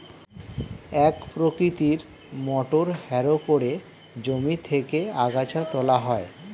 এক প্রকৃতির motor harrow করে জমি থেকে আগাছা তোলা হয়